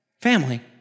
Family